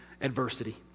adversity